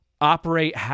operate